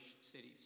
cities